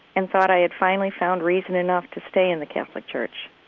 and thought i had finally found reason enough to stay in the catholic church.